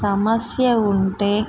సమస్య ఉంటే